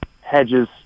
hedges